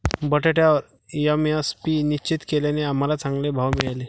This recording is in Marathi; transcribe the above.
बटाट्यावर एम.एस.पी निश्चित केल्याने आम्हाला चांगले भाव मिळाले